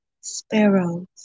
sparrows